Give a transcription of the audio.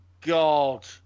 God